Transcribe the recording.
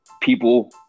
people